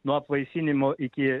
nuo apvaisinimo iki